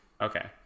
Okay